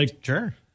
Sure